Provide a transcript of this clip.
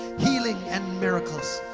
healing, and miracles.